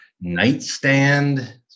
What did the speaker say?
nightstand